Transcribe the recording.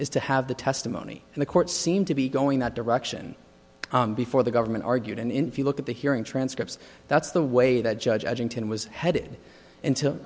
is to have the testimony in the court seemed to be going that direction before the government argued and in few look at the hearing transcripts that's the way that judge edgington was headed into